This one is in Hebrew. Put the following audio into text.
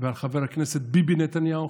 ועל חבר הכנסת ביבי נתניהו,